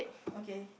okay